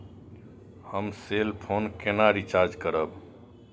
हम cell phone केना recharge करब?